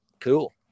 Cool